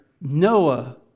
Noah